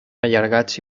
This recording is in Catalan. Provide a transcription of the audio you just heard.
allargats